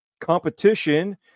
competition